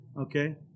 Okay